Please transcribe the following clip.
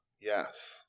Yes